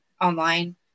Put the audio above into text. online